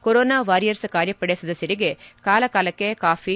corona warriors ಕಾರ್ಯಪಡೆ ಸದಸ್ಕರಿಗೆ ಕಾಲಕಾಲಕ್ಕೆ ಕಾಫೀ